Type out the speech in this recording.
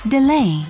Delay